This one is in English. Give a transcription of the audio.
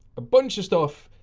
a bunch of stuff.